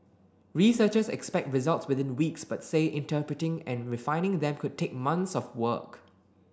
researchers expect results within weeks but say interpreting and refining them could take months of work